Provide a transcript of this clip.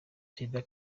perezida